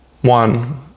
One